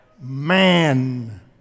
Man